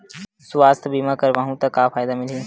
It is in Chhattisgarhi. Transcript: सुवास्थ बीमा करवाहू त का फ़ायदा मिलही?